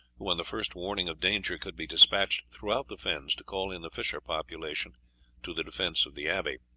who, on the first warning of danger, could be despatched throughout the fens to call in the fisher population to the defence of the abbey.